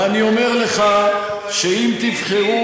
ואני אומר לך, שאם תבחרו,